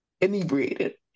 inebriated